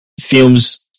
films